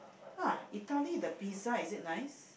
uh Italy the pizza is it nice